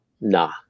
nah